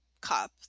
cup